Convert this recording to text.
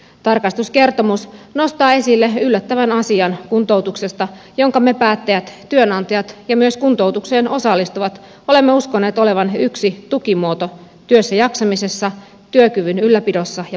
tarkastuskertomus nostaa esille yllättävän asian kuntoutuksesta jonka me päättäjät työnantajat ja myös kuntoutukseen osallistuvat olemme uskoneet olevan yksi tukimuoto työssäjaksamisessa työkyvyn ylläpidossa ja palautumisessa